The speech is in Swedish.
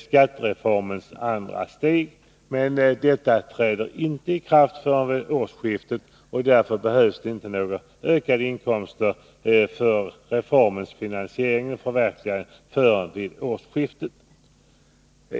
skattereformens andra steg, som de höjda skatteinkomsterna är till för att finansiera, inte träder i kraft förrän vid årsskiftet. Därför behövs det inte heller förrän då några ökade inkomster för reformens förverkligande.